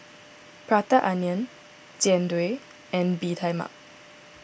Prata Onion Jian Dui and Bee Tai Mak